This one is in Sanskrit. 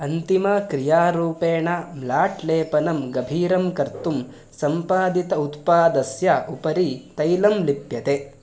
अन्तिमक्रियारूपेण म्लाट् लेपनं गभीरं कर्तुं सम्पादित उत्पादस्य उपरि तैलं लिप्यते